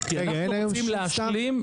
כי אנחנו רוצים להשלים.